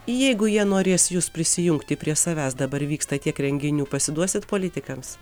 jeigu jie norės jus prisijungti prie savęs dabar vyksta tiek renginių pasiduosit politikams